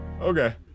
Okay